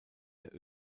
der